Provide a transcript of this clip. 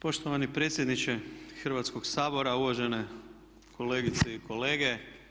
Poštovani predsjedniče Hrvatskog sabora, uvažene kolegice i kolege.